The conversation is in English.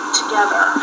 together